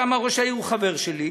כי שם ראש העיר הוא חבר שלי,